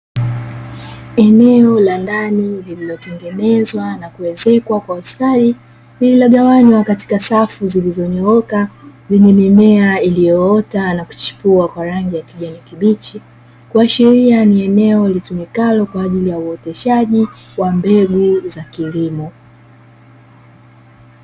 Eneo la ndani lililotengenezwa na kuezekwa kwa ustadi, lililogawanywa katika safu zilizonyooka lenye mimea iliyoota na kuchipua kwa rangi ya kijani kibichi, kuashiria ni eneo litumikalo kwa ajili ya uoteshaji wa mbegu za kilimo.